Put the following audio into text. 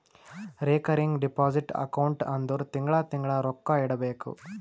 recurring deposit account ಅಂದುರ್ ತಿಂಗಳಾ ತಿಂಗಳಾ ರೊಕ್ಕಾ ಇಡಬೇಕು